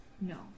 No